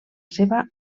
seva